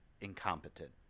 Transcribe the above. incompetent